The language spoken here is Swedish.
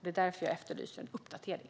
Det är därför jag har efterlyst en uppdatering.